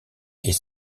est